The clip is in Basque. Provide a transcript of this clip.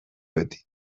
beti